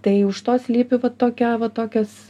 tai už to slypi va tokia va tokios